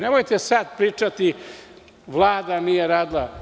Nemojte sada pričati – Vlada nije radila.